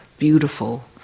Beautiful